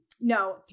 no